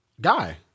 guy